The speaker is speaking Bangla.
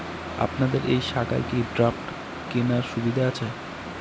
আপনাদের এই শাখায় কি ড্রাফট কেনার সুবিধা আছে?